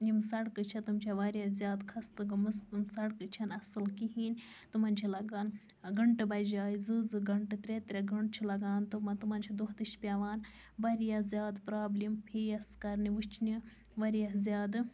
یِم سَڑکہٕ چھِ تم چھِ واریاہ زیادٕ خَستہٕ گٔمٕژ سَڑکہٕ چھَنہٕ اصل کِہیٖنۍ تِمَن چھِ لَگان گَنٹہٕ بَجاے زٕ زٕ گَنٹہٕ ترےٚ ترےٚ گَنٹہٕ چھِ لَگان تِمن تِمن چھِ دۄہہ دِش پیٚوان واریاہ زیادٕ پرابلم فیس کَرنہٕ وٕچھنہِ واریاہ زیادٕ